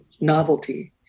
novelty